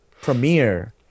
premiere